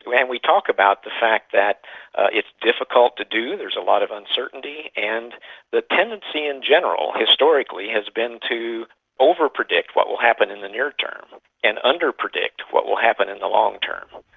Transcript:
and we talk about the fact that it's difficult to do, there is a lot of uncertainty, and the tendency in general historically has been to over-predict what will happen in the near term and under-predict what will happen in the long term.